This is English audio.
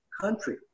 country